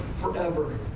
forever